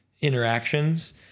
interactions